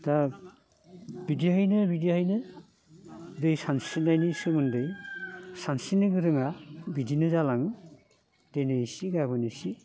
दा बिदियैनो बिदियैनो दै सानस्रिनायनि सोमोन्दै सानस्रिनो गोरोङा बिदिनो जालाङो दिनै एसे गाबोन एसे